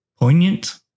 Poignant